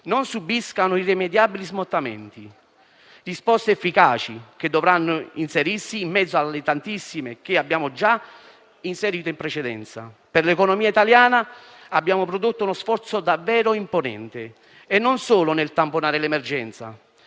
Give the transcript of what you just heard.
non subiscano irrimediabili smottamenti: risposte efficaci, che dovranno inserirsi in mezzo alle tantissime che abbiamo già dato in precedenza. Per l'economia italiana abbiamo prodotto uno sforzo davvero imponente e non solo nel tamponare l'emergenza.